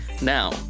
Now